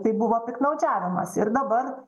tai buvo piktnaudžiavimas ir dabar